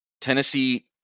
Tennessee